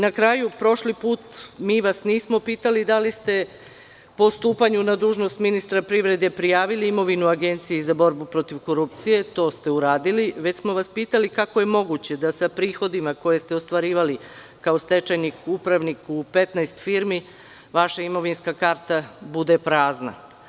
Na kraju, prošli put vas nismo pitali da li ste po stupanju na dužnost ministra privrede prijavili imovinu Agenciji za borbu protiv korupcije, to ste uradili, već smo vas pitali kako je moguće da sa prihodima koje ste ostvarivali kao stečajni upravnik u 15 firmi, vaša imovinska karta bude prazna?